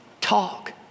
Talk